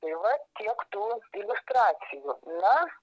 tai va tiek tų iliustracijų na